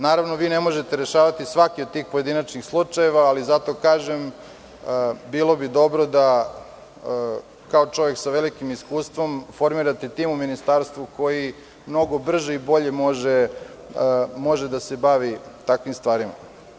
Naravno, vi ne možete rešavati svaki od tih pojedinačnih slučajeva, ali bilo bi dobro da kao čovek sa velikim iskustvom formirate tim u ministarstvu koji mnogo brže i bolje može da se bavi takvim stvarima.